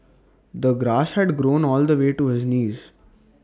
the grass had grown all the way to his knees